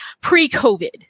pre-COVID